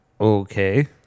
Okay